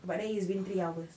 but then it's been three hours